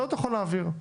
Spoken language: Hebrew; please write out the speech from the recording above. אז לא תוכל להעביר.